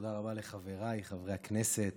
תודה רבה לחבריי חברי הכנסת